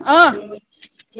آ